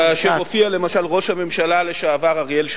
כאשר הופיע, למשל, ראש הממשלה לשעבר אריאל שרון,